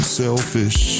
selfish